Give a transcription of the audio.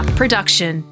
production